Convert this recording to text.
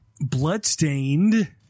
Bloodstained